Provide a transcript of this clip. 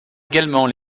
également